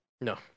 No